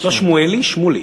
לא שמואלי, שמולי.